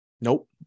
Nope